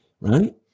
right